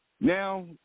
now